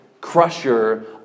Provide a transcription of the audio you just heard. crusher